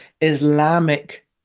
Islamic